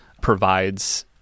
provides